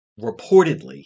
reportedly